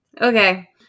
Okay